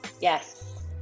Yes